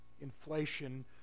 inflation